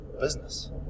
business